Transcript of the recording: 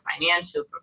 financial